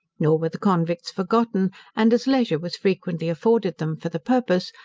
nor were the convicts forgotten and as leisure was frequently afforded them for the purpose,